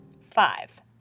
five